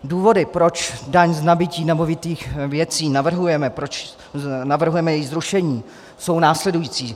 Důvody, proč daň z nabytí nemovitých věcí navrhujeme, proč navrhujeme jejich zrušení, jsou následující: